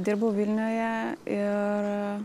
dirbau vilniuje ir